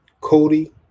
Cody